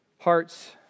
Hearts